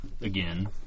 again